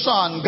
Son